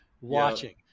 watching